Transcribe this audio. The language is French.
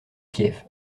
kiev